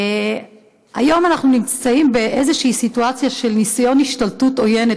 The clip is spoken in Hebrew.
היום אנחנו נמצאים באיזו סיטואציה של ניסיון השתלטות עוינת,